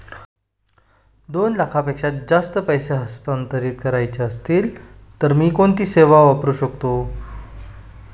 दोन लाखांपेक्षा जास्त पैसे हस्तांतरित करायचे असतील तर कोणती सेवा वापरू शकतो?